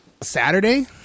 Saturday